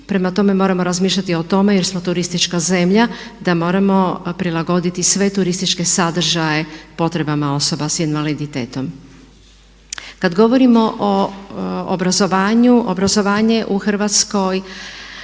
Prema tome moramo razmišljati i o tome jer smo turistička zemlja da moramo prilagoditi sve turističke sadržaje potrebama osoba s invaliditetom. Kad govorimo o obrazovanju, obrazovanje